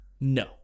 no